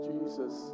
Jesus